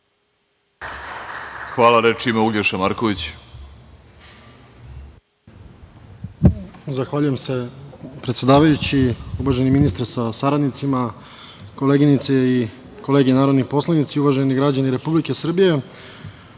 Hvala. Reč ima Uglješa Marković.